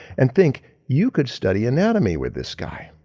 and think you could study anatomy with this guy.